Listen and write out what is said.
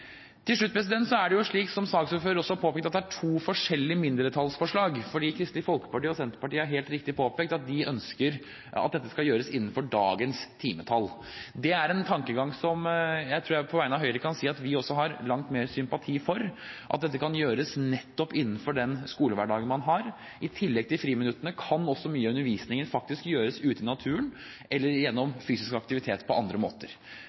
Til slutt: Det er jo slik, som saksordføreren også påpekte, at det er to forskjellige mindretallsforslag. Kristelig Folkeparti og Senterpartiet har – helt riktig – påpekt at de ønsker at dette skal gjøres innenfor dagens timetall. Det er en tankegang som jeg tror jeg på vegne av Høyre kan si at vi også har langt mer sympati for, at dette kan gjøres nettopp innenfor den skolehverdagen man har. I tillegg til friminuttene kan også mye av undervisningen faktisk gjøres ute i naturen eller gjennom fysisk aktivitet på andre måter.